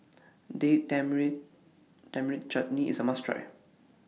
Date Tamarind Chutney IS A must Try